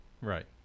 Right